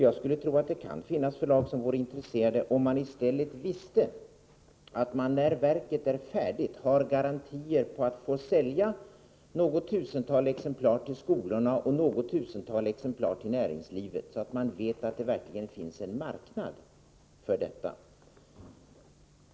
Jag tror att det kan finnas förlag som kunde vara intresserade, om de visste att de när verket är färdigt har garantier för att få sälja något tusental exemplar till skolorna och något tusental exemplar till näringslivet, så att man vet att det verkligen finns en marknad för detta.